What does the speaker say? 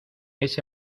ese